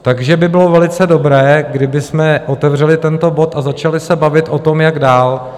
Takže by bylo velice dobré, kdybychom otevřeli tento bod a začali se bavit o tom, jak dál.